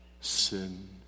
sin